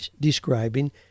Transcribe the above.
describing